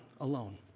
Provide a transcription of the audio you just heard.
alone